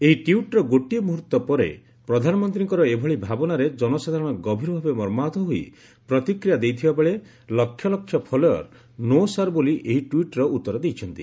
ଏହି ଟ୍ୱିଟ୍ର ଗୋଟିଏ ମୁହୂର୍ତ୍ତ ପରେ ପ୍ରଧାନମନ୍ତ୍ରୀଙ୍କର ଏଭଳି ଭାବନାରେ ଜନସାଧାରଣ ଗଭୀର ଭାବେ ମର୍ମାହତ ହୋଇ ପ୍ରତିକ୍ରିୟା ଦେଇଥିବା ବେଳେ ଲକ୍ଷ ଲକ୍ଷ ଫଲୋଅର୍ 'ନୋ ସାର୍' ବୋଲି ଏହି ଟ୍ୱିଟ୍ର ଉତ୍ତର ଦେଇଛନ୍ତି